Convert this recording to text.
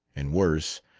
and worse,